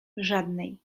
żadnej